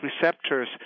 receptors